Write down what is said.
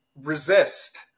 resist